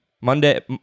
Monday